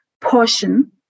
portion